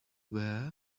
were